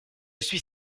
suis